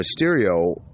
Mysterio